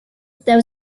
there